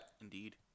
Indeed